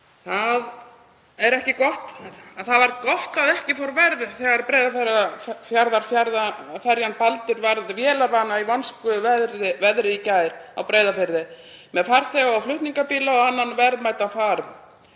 Það var gott að ekki fór verr þegar Breiðafjarðarferjan Baldur varð vélarvana í vonskuveðri í gær á Breiðafirði með farþega og flutningabíla og annan verðmætan farm.